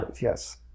Yes